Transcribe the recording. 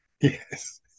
Yes